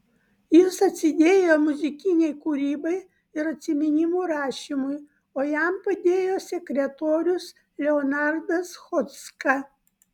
jis atsidėjo muzikinei kūrybai ir atsiminimų rašymui o jam padėjo sekretorius leonardas chodzka